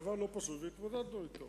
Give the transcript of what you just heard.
דבר לא פשוט והתמודדנו אתו.